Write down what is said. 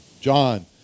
John